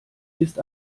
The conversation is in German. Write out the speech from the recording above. ist